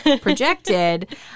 projected